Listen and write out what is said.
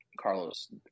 Carlos